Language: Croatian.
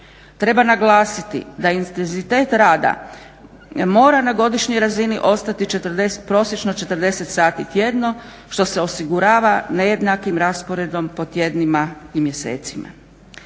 Treba naglasiti da intenzitet rada mora na godišnjoj razini ostati prosječno 40 sati tjedno što se osigurava nejednakim rasporedom po tjednima i mjesecima.